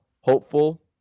hopeful